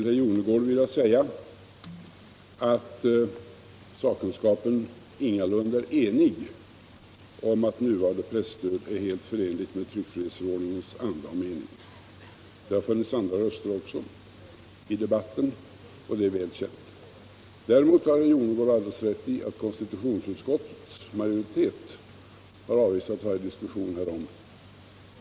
Herr talman! Sakkunskapen är ingalunda enig om att det nuvarande presstödet är förenligt med tryckfrihetsförordningens anda och mening. Det har även funnits andra röster i debatten — det är väl känt. Däremot har herr Jonnergård alldeles rätt i att konstitutionsutskottets majoritet har avvisat varje diskussion härom.